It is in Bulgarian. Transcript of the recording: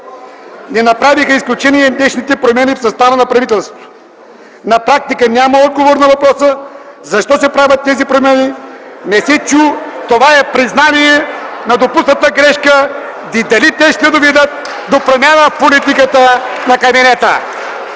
Не направиха изключения днешните промени в състава на правителството. На практика няма отговор на въпроса защо се правят тези промени, не се чу. Това е признание на допусната грешка и дали те ще доведат до промяна в политиката на кабинета.